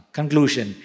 Conclusion